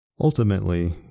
Ultimately